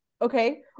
okay